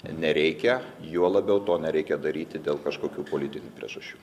nereikia juo labiau to nereikia daryti dėl kažkokių politinių priežasčių